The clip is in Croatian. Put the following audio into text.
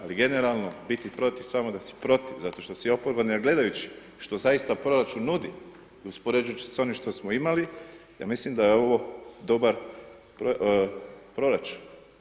Ali generalno biti protiv samo da si protiv zato što si oporba ne gledajući što zaista proračun nudi i uspoređujući sa onim što smo imali, ja mislim da je ovo dobar proračun.